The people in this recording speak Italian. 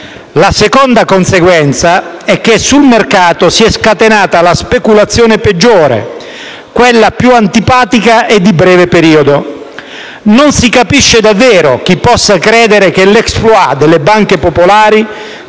La seconda conseguenza è che sul mercato si è scatenata la speculazione peggiore, quella più antipatica e di breve periodo. Non si capisce davvero chi possa credere che l'*exploit* delle banche popolari